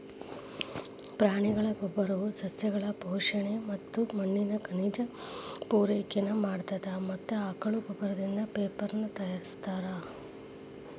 ಪ್ರಾಣಿಗಳ ಗೋಬ್ಬರವು ಸಸ್ಯಗಳು ಪೋಷಣೆ ಮತ್ತ ಮಣ್ಣಿನ ಖನಿಜ ಪೂರೈಕೆನು ಮಾಡತ್ತದ ಮತ್ತ ಆಕಳ ಗೋಬ್ಬರದಿಂದ ಪೇಪರನು ತಯಾರಿಸ್ತಾರ